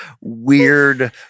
weird